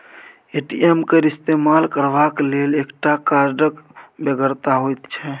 ATM केर इस्तेमाल करबाक लेल एकटा कार्डक बेगरता होइत छै